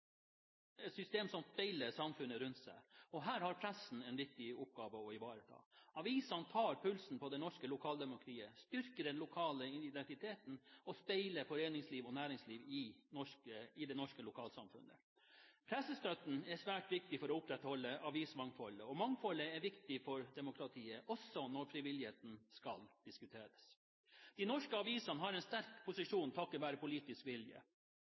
et system som speiler samfunnet rundt seg. Her har pressen en viktig oppgave å ivareta. Avisene tar pulsen på det norske lokaldemokratiet, styrker den lokale identiteten og speiler foreningsliv og næringsliv i norske lokalsamfunn. Pressestøtten er svært viktig for å opprettholde avismangfoldet, og mangfoldet er viktig for demokratiet, også når frivilligheten skal diskuteres. De norske avisene har en sterk posisjon, takket være politisk vilje.